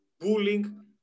bullying